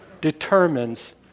determines